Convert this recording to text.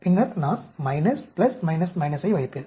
பின்னர் நான் ஐ வைப்பேன்